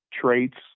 traits